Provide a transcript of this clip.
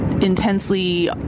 Intensely